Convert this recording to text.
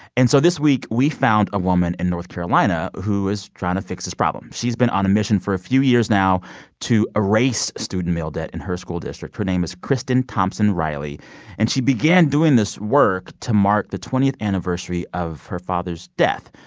and so this week, we found a woman in north carolina who is trying to fix this problem. she's been on a mission for a few years now to erase student meal debt in her school district. her name is kristen thompson-riley and she began doing this work to mark the twentieth anniversary of her father's death.